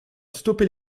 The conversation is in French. stopper